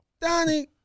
Donnie